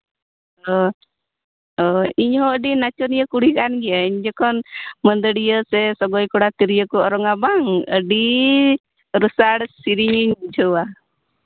ᱦᱮᱸ ᱦᱮᱸ ᱤᱧ ᱦᱚᱸ ᱟᱹᱰᱤ ᱱᱟᱪᱚᱱᱤᱭᱟᱹ ᱠᱩᱲᱤ ᱠᱟᱱ ᱜᱤᱭᱟᱹᱧ ᱡᱚᱠᱷᱚᱱ ᱢᱟᱹᱫᱟᱹᱲᱤᱭᱟᱹ ᱥᱮ ᱥᱚᱜᱚᱭ ᱠᱚᱲᱟ ᱛᱤᱨᱭᱳ ᱠᱚᱲᱟ ᱜᱮ ᱵᱟᱝ ᱟᱹᱰᱤ ᱨᱮᱛᱟᱲ ᱥᱮᱨᱮᱧ ᱤᱧ ᱵᱩᱡᱷᱟᱹᱜᱼᱟ